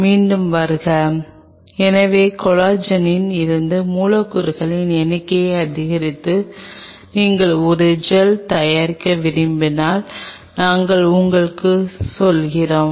மீண்டும் வருக நாங்கள் உங்களுக்குச் சொல்வது இப்போது நாங்கள் பிரச்சினையை விட்டுச்சென்ற இடத்திற்கு திரும்பி வருகிறோம்